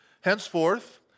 henceforth